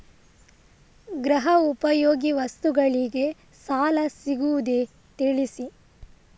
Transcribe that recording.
ಗೃಹ ಉಪಯೋಗಿ ವಸ್ತುಗಳಿಗೆ ಸಾಲ ಸಿಗುವುದೇ ತಿಳಿಸಿ?